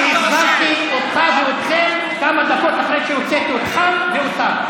כי החזרתי אותך ואתכם כמה דקות אחרי שהוצאתי אתכם ואותם.